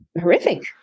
horrific